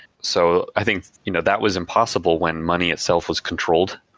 so i think you know that was impossible when money itself was controlled.